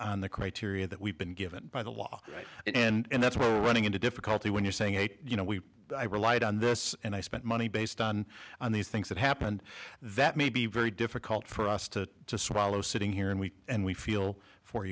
on the criteria that we've been given by the law and that's what running into difficulty when you're saying hey you know we relied on this and i spent money based on on these things that happened that may be very difficult for us to swallow sitting here and we and we feel for